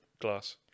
Glass